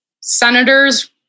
senators